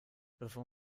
bevor